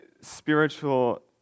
spiritual